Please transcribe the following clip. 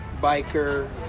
biker